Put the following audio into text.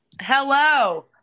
Hello